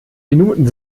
minuten